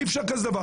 אי-אפשר דבר כזה.